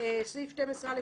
סעיף 12(א),